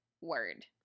word